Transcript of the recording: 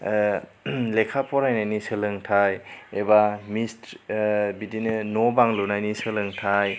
ओह लेखा फरायनायनि सोलोंथाइ एबा मिस्ट ओह बिदिनो न' बां लुनायनि सोलोंथाइ